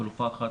חלופה אחת,